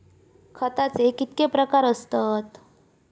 खताचे कितके प्रकार असतत?